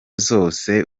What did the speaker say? zose